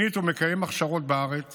שנית, הוא מקיים הכשרות בארץ